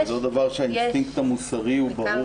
זה אותו דבר שהאינסטינקט המוסרי ברור